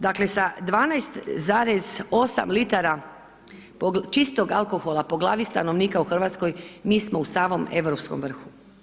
Dakle sa 12,8 litara čistog alkohola po glavi stanovnika u Hrvatskoj mi smo u samom europskom vrhu.